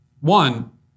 One